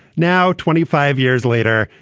now, twenty five years later,